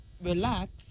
relax